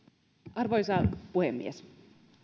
arvoisa puhemies